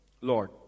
Lord